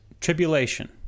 tribulation